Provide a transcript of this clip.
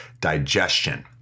digestion